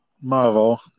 Marvel